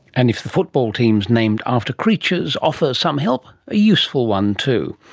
and if the football teams named after creatures offer some help, a useful one too.